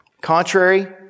Contrary